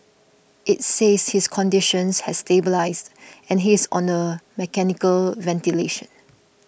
it says his condition has stabilised and he is on mechanical ventilation